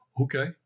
Okay